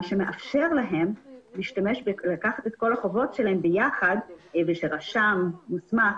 מה שמאפשר להם לקחת את כל החובות שלהם ביחד לרשם מוסמך